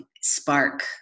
spark